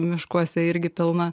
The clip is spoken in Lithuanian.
miškuose irgi pilna